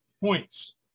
points